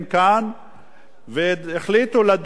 והחליטו לדון דווקא ביום חמישי.